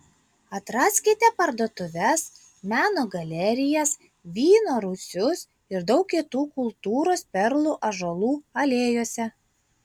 atraskite parduotuves meno galerijas vyno rūsius ir daug kitų kultūros perlų ąžuolų alėjose